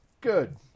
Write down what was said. Good